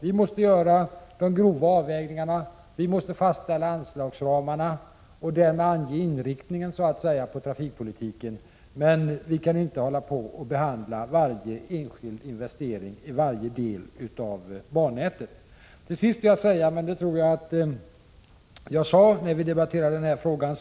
Vi måste göra de grova avvägningarna. Vi måste fastställa anslagsramarna och därmed ange inriktningen beträffande trafikpolitiken. Men vi kan inte hålla på och behandla varje enskild investering på varje del av bannätet. Till sist vill jag upprepa vad jag tror att jag sade när vi senast debatterade den här frågan.